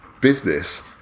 business